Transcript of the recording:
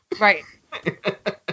Right